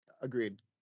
Agreed